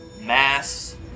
mass